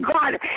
God